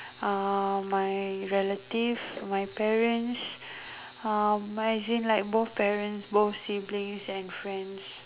uh my relative my parents uh but as in like both parents both siblings and friends